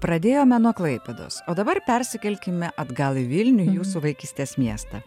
pradėjome nuo klaipėdos o dabar persikelkime atgal į vilnių į jūsų vaikystės miestą